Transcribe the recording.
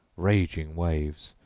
raging waves,